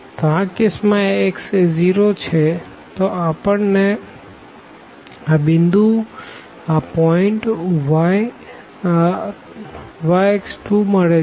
તો આ કેસ માં x એ 0 છે તો આપણને આ પોઈન્ટ y x 2 મળે છે